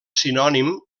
sinònim